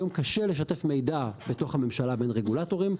היום קשה לשתף מיד בתוך הממשלה בין רגולטורים,